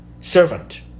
servant